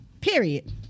Period